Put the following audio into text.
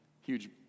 huge